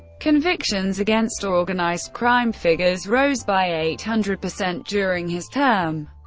convictions against organized crime figures rose by eight hundred percent during his term.